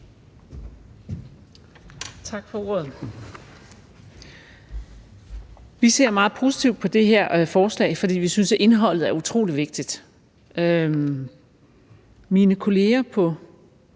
Tak for ordet. Vi ser meget positivt på det her forslag, fordi vi synes, at indholdet er utrolig vigtigt. Mine kolleger på